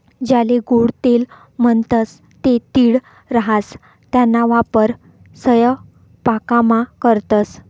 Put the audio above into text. ज्याले गोडं तेल म्हणतंस ते तीळ राहास त्याना वापर सयपाकामा करतंस